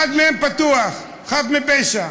אחד מהם בטוח חף מפשע,